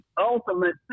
ultimate